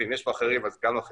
ואם יש פה אחרים אז גם אחרים,